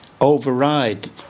override